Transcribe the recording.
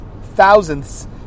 thousandths